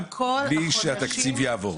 גם בלי שהתקציב יעבור.